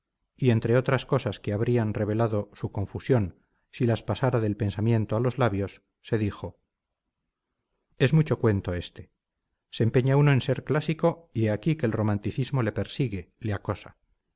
y entre otras cosas que habrían revelado su confusión si las pasara del pensamiento a los labios se dijo es mucho cuento este se empeña uno en ser clásico y he aquí que el romanticismo le persigue le acosa